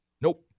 Nope